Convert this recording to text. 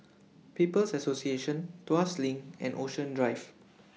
People's Association Tuas LINK and Ocean Drive